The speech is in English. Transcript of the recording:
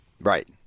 Right